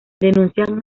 denuncia